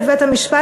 לבית-המשפט,